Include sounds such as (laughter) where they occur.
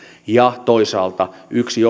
toisaalta yksi (unintelligible)